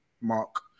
mark